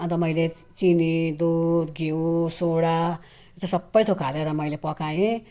अनि त मैले चिनी दुध घिउ सोडा सबै थोक हालेर मैले पकाएँ